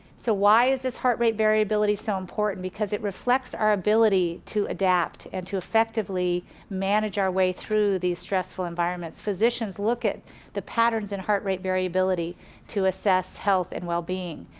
so why is this heart rate variability so important, because it reflects our ability to adapt and to effectively manage our way through these stressful environments. physicians look at the patterns in heart rate variability to assess health and well-being.